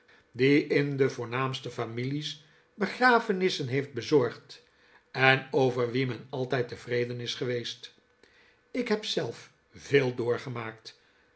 die in de voornaamste families begrafenissen heeft bezorgd en over wien men altijd tevreden is geweest ik heb zelf veel doorgemaakt